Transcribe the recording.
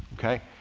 okay.